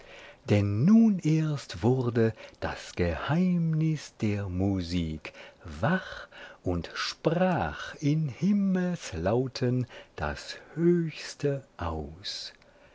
denn nun erst wurde das geheimnis der musik wach und sprach in himmelslauten das höchste aus